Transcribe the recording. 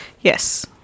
yes